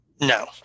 no